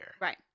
Right